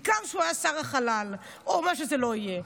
בעיקר כשהוא היה שר החלל או מה שזה לא יהיה.